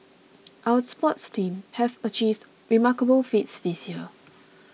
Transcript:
our sports teams have achieved remarkable feats this year